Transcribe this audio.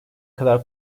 kadar